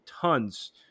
tons